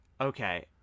Okay